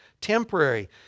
temporary